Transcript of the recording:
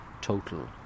total